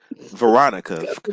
veronica